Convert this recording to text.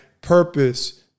Purpose